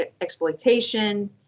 exploitation